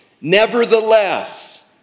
Nevertheless